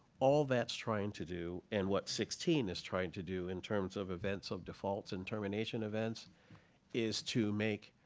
all that's trying to do and what sixteen is trying to do in terms of events of defaults and termination events is to make